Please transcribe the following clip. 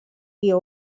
guió